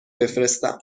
بفرستم